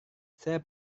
saya